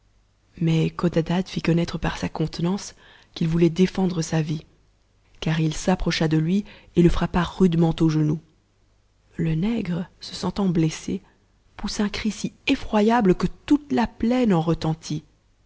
mais codadad fit connaître par sa contenance qu'il voulait défendre sa vie car il s'approcha de lui et le frappa rudement au genou le nègre se sentant blessé pousse un cri si effroyable que toute la plaine en retentit